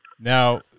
Now